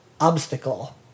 obstacle